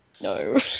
No